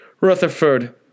Rutherford